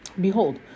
Behold